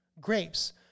grapes